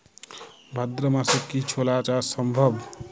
ভাদ্র মাসে কি ছোলা চাষ সম্ভব?